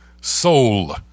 Soul